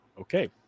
okay